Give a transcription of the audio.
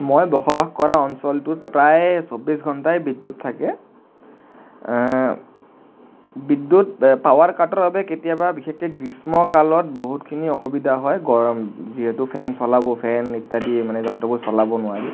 মই বসবাস কৰা অঞ্চলটোত প্ৰায় চৌব্বিছ ঘন্টাই বিদ্য়ুৎ থাকে বিদ্য়ুৎ পাৱাৰ কাটৰ বাবে কেতিয়াবা বিশেষকৈ গ্ৰীষ্মকালত বহুতখিনি অসুবিধা হয় গৰম যিহেতু ফেন চলাব ফেন ইত্য়াদি এনে যন্ত্ৰবোৰ চলাব নোৱাৰি